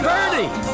Bernie